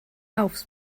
aufs